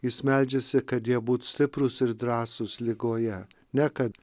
jis meldžiasi kad jie būtų stiprūs ir drąsūs ligoje ne kad